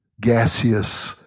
gaseous